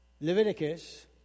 Leviticus